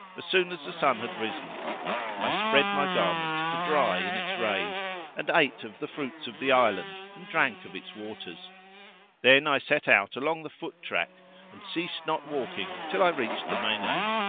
as soon as the sun had risen i spread my garments to dry in its rays and ate of the fruits of the island and drank of its waters then i set out along the foot track and ceased not walking till i reached the mainland.